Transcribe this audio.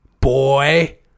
Boy